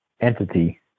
entity